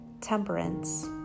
temperance